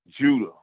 Judah